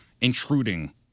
intruding